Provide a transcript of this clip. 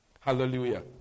Hallelujah